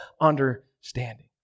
understanding